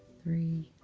three.